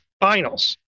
finals